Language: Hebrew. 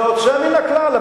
יוצא מן הכלל.